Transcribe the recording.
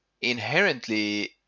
inherently